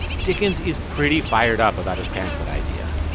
dickens is pretty fired up about his pamphlet idea.